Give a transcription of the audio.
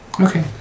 Okay